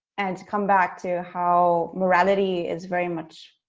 and to come back to how morality is very much